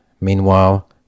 Meanwhile